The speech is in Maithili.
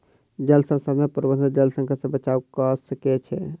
जल संसाधन प्रबंधन जल संकट से बचाव कअ सकै छै